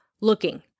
looking